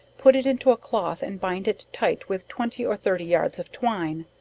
put it into a cloth and bind it tight with twenty or thirty yards of twine,